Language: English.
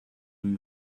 you